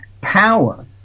power